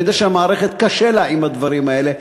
אני יודע שלמערכת קשה עם הדברים האלה,